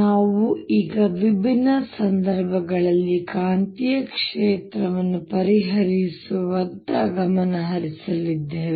ನಾವು ಈಗ ವಿಭಿನ್ನ ಸಂದರ್ಭಗಳಲ್ಲಿ ಕಾಂತೀಯ ಕ್ಷೇತ್ರವನ್ನು ಪರಿಹರಿಸುವತ್ತ ಗಮನ ಹರಿಸಲಿದ್ದೇವೆ